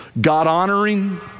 God-honoring